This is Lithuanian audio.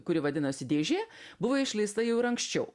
kuri vadinasi dėžė buvo išleista jau ir anksčiau